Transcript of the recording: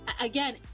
again